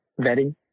vetting